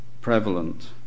prevalent